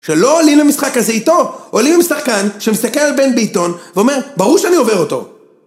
שלא עולים למשחק הזה איתו. עולים למשחק כאן, שמסתכל על בן ביטון, ואומר, ברור שאני עובר אותו.